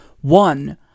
one